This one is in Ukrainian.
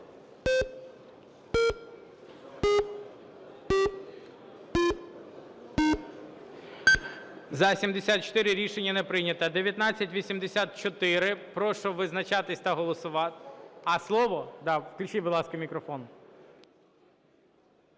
За-67 Рішення не прийнято.